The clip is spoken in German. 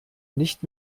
nicht